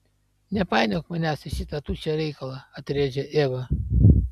nepainiok manęs į šitą tuščią reikalą atrėžė eva